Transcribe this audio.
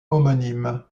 homonyme